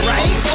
Right